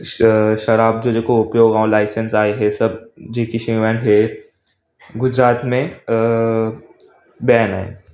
श शराब जो जेको उपयोग ऐं लाइसेंस आहे इहो सभु जेकी शयूं आहिनि इहे गुजरात में बैन आहिनि